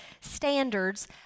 standards